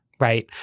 right